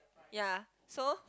ya so